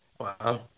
Wow